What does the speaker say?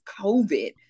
COVID